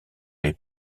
les